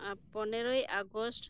ᱯᱚᱱᱮᱨᱚᱭ ᱟᱜᱚᱥᱴ